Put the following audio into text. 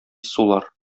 сулар